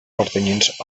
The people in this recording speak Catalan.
pertanyents